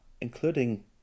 including